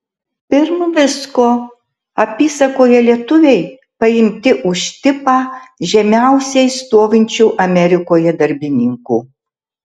pirm visko apysakoje lietuviai paimti už tipą žemiausiai stovinčių amerikoje darbininkų